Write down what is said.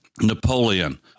Napoleon